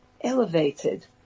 elevated